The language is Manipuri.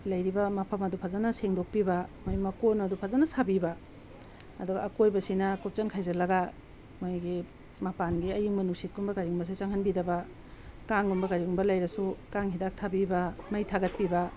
ꯂꯩꯔꯤꯕ ꯃꯐꯝ ꯑꯗꯨ ꯐꯖꯅ ꯁꯦꯡꯗꯣꯛꯄꯤꯕ ꯃꯣꯏ ꯃꯀꯣꯟ ꯑꯗꯨ ꯐꯖꯅ ꯁꯥꯕꯤꯕ ꯑꯗꯨꯒ ꯑꯀꯣꯏꯕꯁꯤꯅ ꯀꯨꯞꯁꯤꯟ ꯍꯥꯏꯖꯤꯜꯂꯒ ꯃꯣꯏꯒꯤ ꯃꯄꯥꯟꯒꯤ ꯑꯏꯪꯕ ꯅꯨꯡꯁꯤꯠꯀꯨꯝꯕ ꯀꯔꯤꯒꯨꯝꯕꯁꯦ ꯆꯪꯍꯟꯕꯤꯗꯕ ꯀꯥꯡꯒꯨꯝꯕ ꯀꯔꯤꯒꯨꯝꯕ ꯂꯩꯔꯁꯨ ꯀꯥꯡ ꯍꯤꯗꯥꯛ ꯊꯥꯕꯤꯕ ꯃꯩ ꯊꯥꯒꯠꯄꯤꯕ